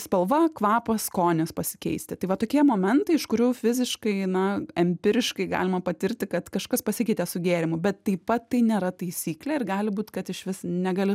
spalva kvapas skonis pasikeisti tai va tokie momentai iš kurių fiziškai na empiriškai galima patirti kad kažkas pasikeitė su gėrimu bet taip pat tai nėra taisyklė ir gali būt kad išvis negali